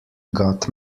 got